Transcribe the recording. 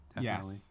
Yes